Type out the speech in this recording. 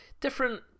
different